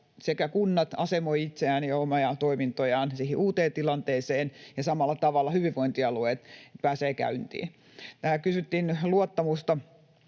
jotta kunnat asemoivat itseään ja omia toimintojaan siihen uuteen tilanteeseen ja samalla tavalla hyvinvointialueet pääsevät käyntiin. Kun kysyttiin luottamuksesta